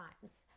times